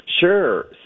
Sure